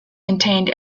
contained